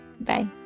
Bye